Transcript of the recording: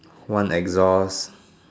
one exhaust